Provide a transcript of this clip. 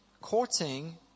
Courting